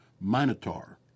minotaur